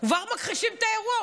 כבר מכחישים את האירוע.